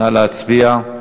נא להצביע.